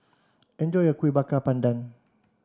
enjoy your Kuih Bakar Pandan